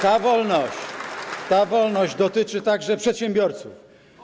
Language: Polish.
Ta wolność, ta wolność dotyczy także przedsiębiorców.